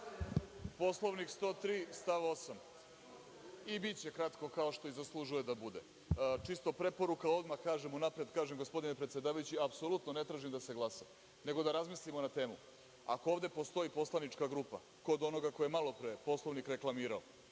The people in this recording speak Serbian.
Poslovnik 103. stav 8. i biće kratko kao što zaslužuje da bude. Čisto preporuka, odmah kažem unapred, gospodine predsedavajući, apsolutno ne tražim da se glasa nego da razmislimo na temu. Ako ovde postoji poslanička grupa kod onoga koji je maloprem Poslovnik reklamirao,